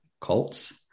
cults